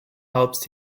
herbst